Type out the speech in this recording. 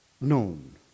known